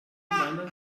deiner